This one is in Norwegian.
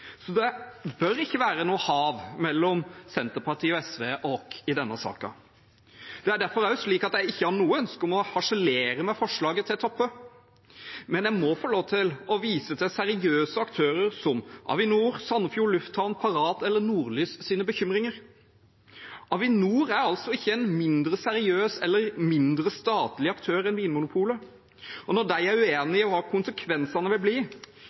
Så det bør ikke være noe hav mellom Senterpartiet og SV og Arbeiderpartiet i denne saken. Jeg har ikke noe ønske om å harselere med forslaget til Toppe, men jeg må få lov til å vise til bekymringene til seriøse aktører som Avinor, Sandefjord lufthavn, Parat eller Nordlys. Avinor er ikke en mindre seriøs eller mindre statlig aktør enn Vinmonopolet. Når de er uenige om hva konsekvensene vil bli,